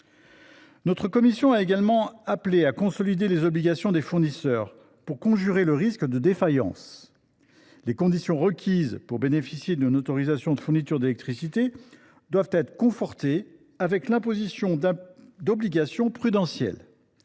Notre commission a également appelé à consolider les obligations des fournisseurs pour conjurer le risque de défaillance. Les conditions requises pour bénéficier d’une autorisation de fourniture d’électricité doivent être confortées avec l’imposition d’obligations prudentielles.